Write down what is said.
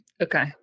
Okay